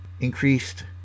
increased